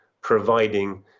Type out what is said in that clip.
providing